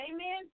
Amen